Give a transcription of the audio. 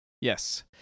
Yes